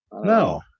No